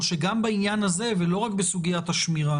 או שגם בעניין הזה ולא רק בסוגיית השמירה